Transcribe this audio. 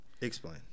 Explain